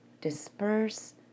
disperse